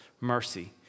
mercy